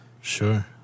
Sure